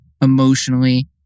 emotionally